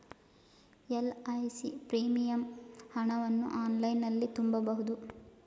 LIC premium ಹಣವನ್ನು ಆನ್ಲೈನಲ್ಲಿ ತುಂಬಬಹುದು